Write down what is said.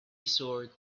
soared